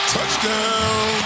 Touchdown